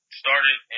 started